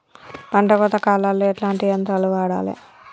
పంట కోత కాలాల్లో ఎట్లాంటి యంత్రాలు వాడాలే?